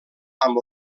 amb